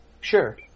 Sure